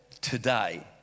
today